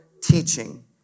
teaching